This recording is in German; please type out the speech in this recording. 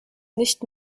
nicht